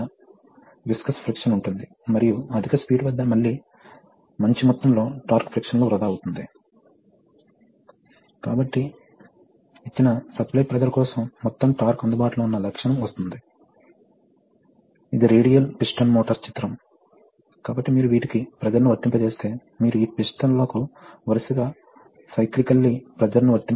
కాబట్టి ఇది ఆపరేట్ చేయాల్సిన రెండు సిలిండర్ల యొక్క ఒక నిర్దిష్ట క్రమం కాబట్టి ఇప్పుడు మనం దీన్ని ఎలా సాధించగలమో చూద్దాం